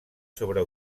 sobre